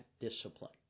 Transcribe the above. discipline